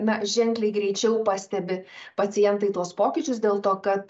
na ženkliai greičiau pastebi pacientai tuos pokyčius dėl to kad